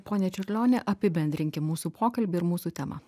pone čiurlioni apibendrinkim mūsų pokalbį ir mūsų tema